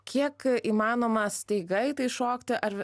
kiek įmanoma staiga į tai šokti ar